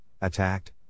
attacked